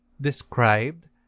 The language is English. described